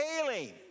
hailing